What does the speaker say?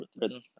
written